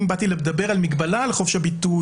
אם באתי לדבר על מגבלה על חופש הביטוי,